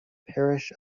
parish